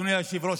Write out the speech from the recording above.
אדוני היושב-ראש,